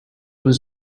was